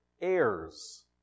heirs